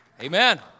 Amen